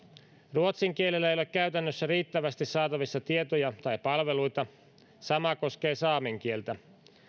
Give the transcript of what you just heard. ruotsin kielellä ei ole käytännössä riittävästi saatavissa tietoja tai palveluita sama koskee saamen kieltä